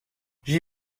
j’y